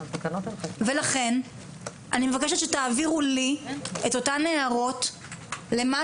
ולכן אני מבקשת שתעבירו לי את אותן הערות למה